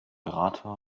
berater